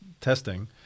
testing